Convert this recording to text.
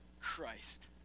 Christ